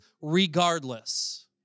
regardless